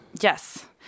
Yes